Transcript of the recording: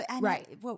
Right